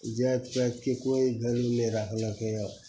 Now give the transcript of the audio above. जाति पातिके कोइ वैल्यू नहि राखलकै यऽ